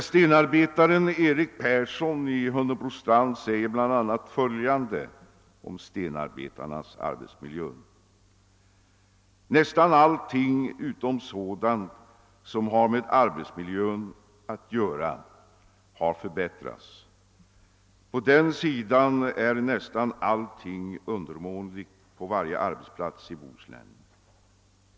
Stenarbetaren Erik Persson i Hunnebostrand säger bl.a. följande om stenarbetarnas arbetsmiljö: Nästan allting utom sådant som har med arbetsmiljön att göra har förbättrats. På den sidan är nästan allting undermåligt på varje arbetsplats i Bohuslän.